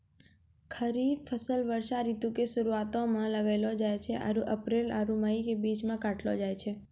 खरीफ फसल वर्षा ऋतु के शुरुआते मे लगैलो जाय छै आरु अप्रैल आरु मई के बीच मे काटलो जाय छै